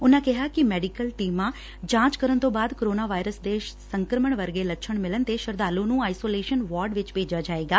ਉਨਾਂ ਕਿਹਾ ਕਿ ਮੈਡੀਕਲ ਟੀਮਾਂ ਜਾਂਚ ਕਰਨ ਤੂੰ ਬਾਅਦ ਕੋਰੋਨਾ ਵਾਇਰਸ ਦੇ ਸੰਕਰਮਣ ਵਰਗੇ ਲੱਛਣ ਮਿਲਣ ਤੇ ਸ਼ਰਧਾਲੁ ਨੂੰ ਆਈਸੋ ਲੇਸ਼ਨ ਵਾਰਡ ਚ ਭੇਜਿਆ ਜਾਏਗਾ